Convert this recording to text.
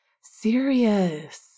Serious